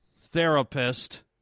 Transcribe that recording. therapist